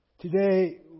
today